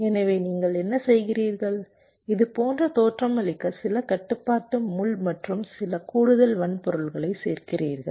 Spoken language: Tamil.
எனவே நீங்கள் என்ன செய்கிறீர்கள் இது போன்ற தோற்றமளிக்க சில கட்டுப்பாட்டு முள் மற்றும் சில கூடுதல் வன்பொருள்களைச் சேர்க்கிறீர்கள்